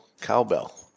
cowbell